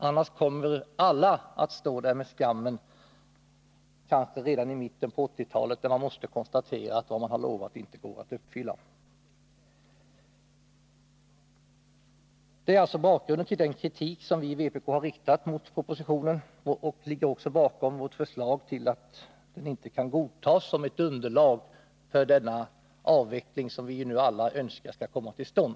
Annars kommer alla att stå där med skammen, kanske redan i mitten på 1980-talet, när man måste konstatera att det man lovade inte går att uppfylla. Detta är alltså bakgrunden till den kritik som vi i vpk har riktat mot propositionen och det ligger bakom vår uppfattning att den inte kan godtas som ett underlag för den avveckling som vi nu alla önskar skall komma till stånd.